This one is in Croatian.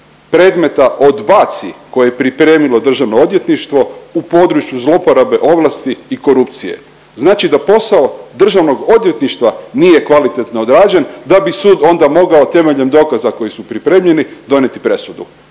predmeta odbaci koje je pripremilo Državno odvjetništvo u području zlouporabe ovlasti i korupcije. Znači da posao Državnog odvjetništva nije kvalitetno odrađen, da bi sud onda mogao temeljem dokaza koji su pripremljeni donesti presudu.